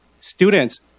students